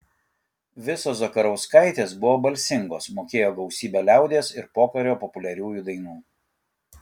visos zakarauskaitės buvo balsingos mokėjo gausybę liaudies ir pokario populiariųjų dainų